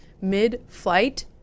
mid-flight